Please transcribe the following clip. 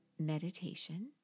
meditation